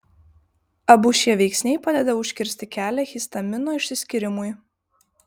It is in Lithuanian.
abu šie veiksniai padeda užkirsti kelią histamino išsiskyrimui